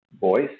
voice